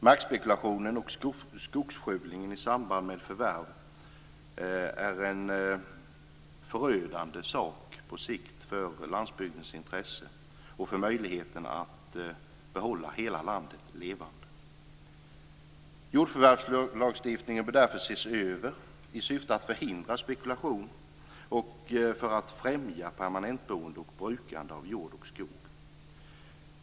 Markspekulationen och skogsskövlingen i samband med förvärv är på sikt förödande för landsbygdens intresse och för möjligheterna att behålla hela landet levande. Jordförvärvslagstiftningen bör därför ses över i syfte att förhindra spekulation och för att främja permanent boende och brukande av jord och skog.